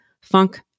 funk